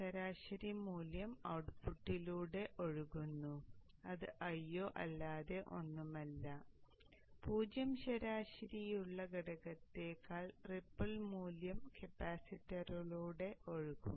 ശരാശരി മൂല്യം ഔട്ട്പുട്ടിലൂടെ ഒഴുകുന്നു അത് Io അല്ലാതെ ഒന്നുമല്ല 0 ശരാശരിയുള്ള ഘടകത്തിന്റെ റിപ്പിൾ മൂല്യം കപ്പാസിറ്ററിലൂടെ ഒഴുകും